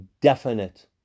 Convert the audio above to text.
definite